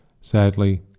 Sadly